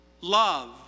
love